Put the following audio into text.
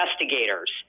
investigators